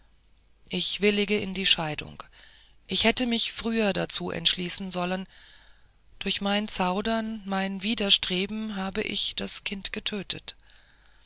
ich willige in die scheidung ich hätte mich früher dazu entschließen sollen durch mein zaudern mein widerstreben habe ich das kind getötet